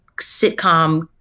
sitcom